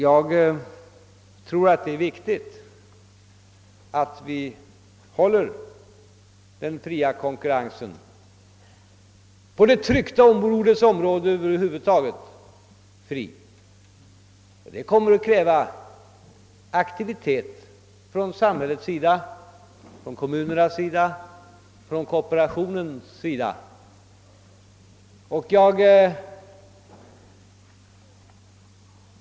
Jag tror att det är viktigt att vi behåller den fria konkurrensen på det tryckta ordets område i dess helhet, men det kommer att kräva aktivitet från samhället, från kommunerna och från kooperationen.